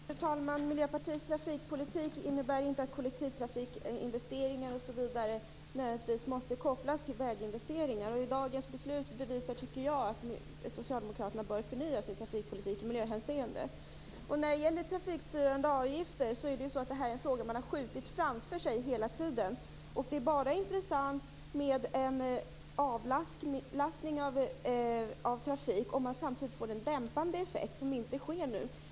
Fru talman! Miljöpartiets trafikpolitik innebär inte att kollektivtrafikinvesteringar nödvändigtvis måste kopplas till väginvesteringar. Dagens beslut bevisar, tycker jag, att socialdemokraterna bör förnya sin trafikpolitik i miljöhänseende. Frågan om trafikstyrande avgifter har man skjutit framför sig hela tiden. Det är bara intressant med en avlastning av trafik om man samtidigt får en dämpande effekt som inte sker nu.